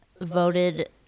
voted